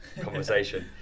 conversation